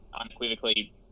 unequivocally